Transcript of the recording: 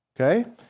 okay